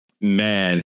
Man